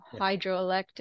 hydroelectric